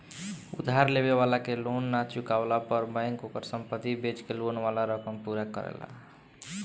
उधार लेवे वाला के लोन ना चुकवला पर बैंक ओकर संपत्ति बेच के लोन वाला रकम पूरा करेला